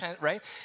right